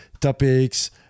topics